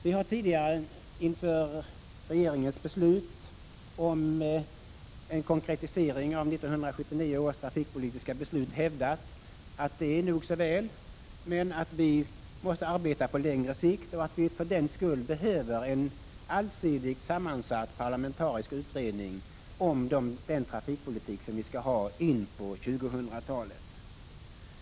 Vi har tidigare inför regeringens beslut om en konkretisering av 1979 års trafikpolitiska beslut hävdat att det är nog så väl, men att vi måste arbeta på längre sikt och att vi för den skull behöver en allsidigt sammansatt parlamentarisk utredning om den trafikpolitik som vi skall ha in på 2000-talet.